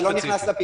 אני לא נכנס לפינה,